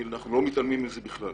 אנחנו לא מתעלמים מזה בכלל.